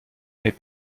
est